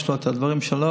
יש לו את הדברים שלו,